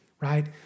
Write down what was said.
right